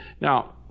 Now